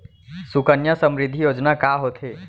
सुकन्या समृद्धि योजना का होथे